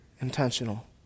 intentional